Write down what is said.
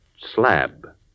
slab